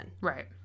Right